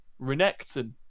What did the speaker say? Renekton